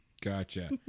gotcha